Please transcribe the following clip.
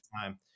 time